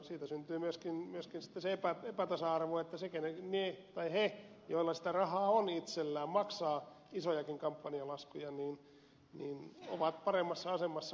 siitä syntyy myöskin sitten se epätasa arvo että ne joilla sitä rahaa on itsellään maksaa isojakin kampanjalaskuja ovat paremmassa asemassa kuin ne ed